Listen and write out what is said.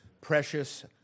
precious